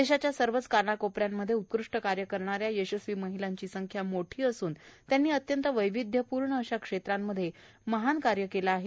देशाच्या सर्वच कानाकोपऱ्यात उत्कृष् कार्य करणाऱ्या यशस्वी महिलांची संख्या मोठी असून त्यांनी अत्यंत वैविधघ्यपूर्ण अशा क्षेत्रांमध्ये महान कार्य केलं आहे